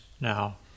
now